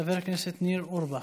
חבר הכנסת ניר אורבך,